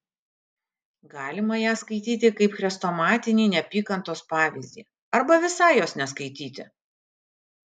galima ją skaityti kaip chrestomatinį neapykantos pavyzdį arba visai jos neskaityti